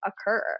occur